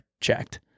checked